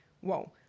whoa